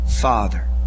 father